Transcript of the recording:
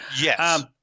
Yes